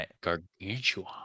gargantuan